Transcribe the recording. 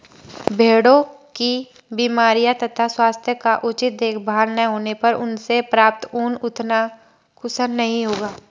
भेड़ों की बीमारियों तथा स्वास्थ्य का उचित देखभाल न होने पर उनसे प्राप्त ऊन उतना कुशल नहीं होगा